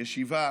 ישיבה